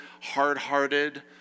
hard-hearted